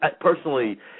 personally